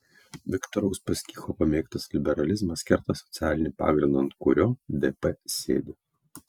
viktoro uspaskicho pamėgtas liberalizmas kerta socialinį pagrindą ant kurio dp sėdi